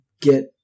get